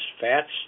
fats